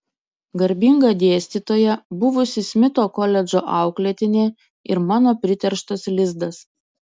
garbinga dėstytoja buvusi smito koledžo auklėtinė ir mano priterštas lizdas